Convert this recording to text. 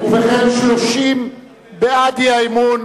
ובכן, 30 בעד האי-אמון,